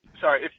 sorry